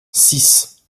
six